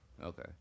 Okay